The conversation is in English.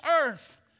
earth